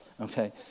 Okay